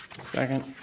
Second